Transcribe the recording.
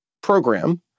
program